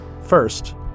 First